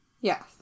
Yes